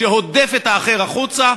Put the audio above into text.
שהודף את האחר החוצה,